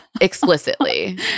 Explicitly